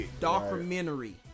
documentary